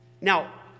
Now